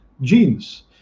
genes